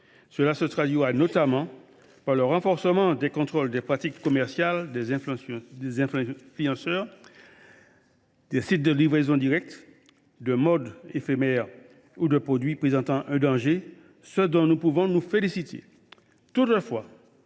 Cela se traduira notamment par le renforcement des contrôles des pratiques commerciales des influenceurs, des sites de livraison directe, de modes éphémères ou de produits présentant un danger, ce dont nous pouvons nous féliciter. Toutefois,